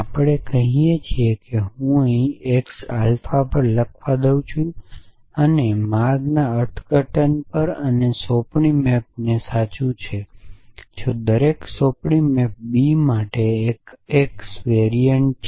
આપણે કહીએ છીએ કે હું તે અહીં એક્સ અલ્ફા પર લખવા દઉં છું માર્ગના અર્થઘટન પર અને સોંપણી મેપને સાચું જો દરેક સોંપણી બી માટે કે જે એક એક્સ વેરિએન્ટ છે